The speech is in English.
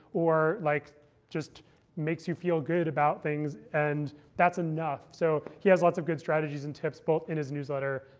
or like just makes you feel good about things? and that's enough. so he has lots of good strategies and tips, both in his newsletter,